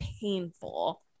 painful